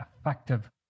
effective